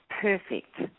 perfect